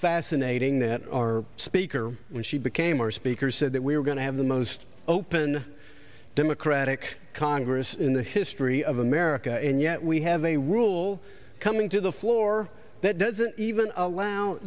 fascinating that our speaker when she became our speaker said that we are going to have the most open democratic congress in the history of america and yet we have a rule coming to the floor that doesn't even allow